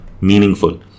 meaningful